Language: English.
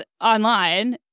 Online